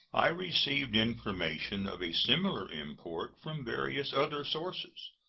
i received information of a similar import from various other sources,